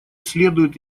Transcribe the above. следует